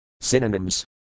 Synonyms